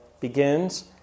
begins